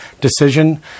decision